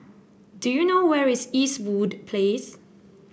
do you know where is Eastwood Place